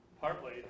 partly